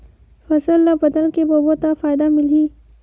फसल ल बदल के बोबो त फ़ायदा मिलही?